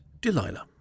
Delilah